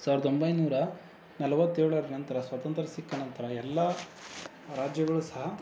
ಸಾವಿರದ ಒಂಬೈನೂರ ನಲ್ವತ್ತೇಳರ ನಂತರ ಸ್ವಾತಂತ್ರ್ಯ ಸಿಕ್ಕ ನಂತರ ಎಲ್ಲ ರಾಜ್ಯಗಳು ಸಹ